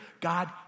God